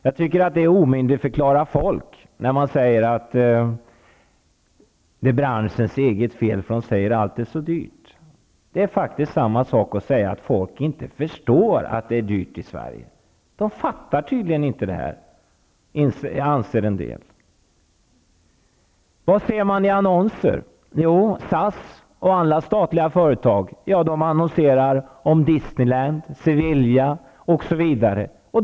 Jag tycker att det är att omyndigförklara folk att hävda att det är branschens eget fel eftersom man säger allt är så dyrt. Det är detsamma som att säga att folk inte förstår att det är dyrt i Sverige. En del anser tydligen att de inte fattar det. Vad kan vi se i annonser? Jo, SAS och alla statliga företag annonserar om Disneyland, Sevilla osv.